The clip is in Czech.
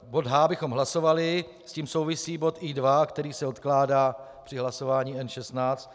Bod H bychom hlasovali, s tím souvisí bod I2, který se odkládá při hlasování N16.